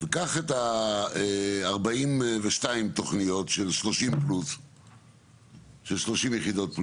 קח את ה-42 תוכניות של +30 יחידות.